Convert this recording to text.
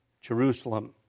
Jerusalem